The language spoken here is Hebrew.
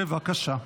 בבקשה.